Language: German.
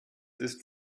ist